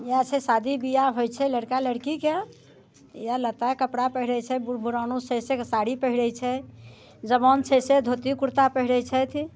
इएह छै शादी बिआह होइत छै लड़का लड़कीके इएह लत्ता कपड़ा पहिरैत छै बूढ़ बुढ़ानुस जे छै से साड़ी पहिरैत छै जवान छै से धोती कुर्ता पहिरैत छथि